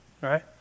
right